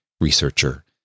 researcher